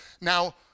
now